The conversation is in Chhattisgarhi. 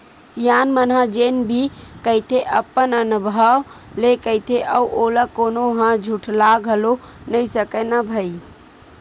सियान मन ह जेन भी कहिथे अपन अनभव ले कहिथे अउ ओला कोनो ह झुठला घलोक नइ सकय न भई